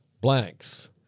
blanks